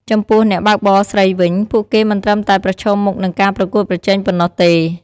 ចំពោះ អ្នកបើកបរស្រីវិញ ពួកគេមិនត្រឹមតែប្រឈមមុខនឹងការប្រកួតប្រជែងប៉ុណ្ណោះទេ។